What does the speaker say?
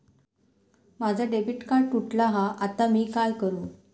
माझा debit card तुटला हा आता मी काय करू?